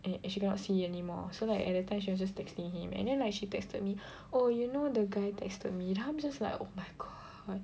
and she cannot see anymore so like at that time she was just texting him and then like she texted me oh you know the guy texted me I'm just like oh my god